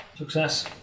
Success